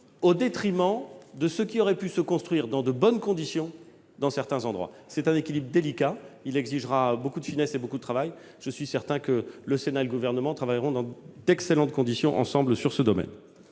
au détriment de ce qui aurait pu se construire dans de bonnes conditions dans certains territoires. C'est un équilibre délicat, qui exigera beaucoup de finesse et de travail. Je suis certain que le Sénat et le Gouvernement travailleront dans d'excellentes conditions, ensemble, sur le sujet.